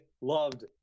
loved